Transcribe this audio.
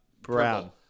Brown